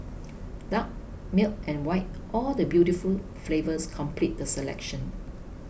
dark milk and white all the beautiful flavours complete the selection